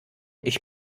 ich